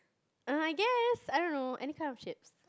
err I guess I don't know any kind if chips